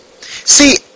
See